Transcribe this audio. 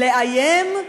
לאיים,